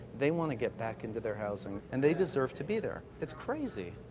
they want to get back into their housing, and they deserve to be there. it's crazy.